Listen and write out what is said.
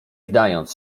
wdając